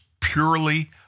purely